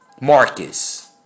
Marcus